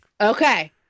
Okay